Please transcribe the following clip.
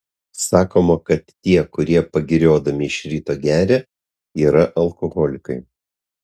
sakoma kad tie kurie pagiriodami iš ryto geria yra alkoholikai